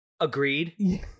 Agreed